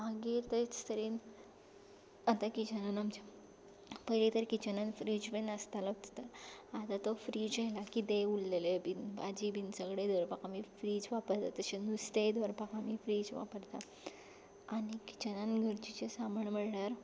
मागीर तेच तरेन आतां किचनान आमच्या पयलीं तरी किचनान फ्रीज बी नासतालोच तर आतां तो फ्रीज आयला कितेंय उरिल्लें बी भाजी बी सगलें दवरपाक आमी फ्रीज वापरता तशें नुस्तेंय दवरपाक आमी फ्रीज वापरता आनी किचनान गरजेचें सामान म्हणल्यार